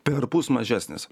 perpus mažesnis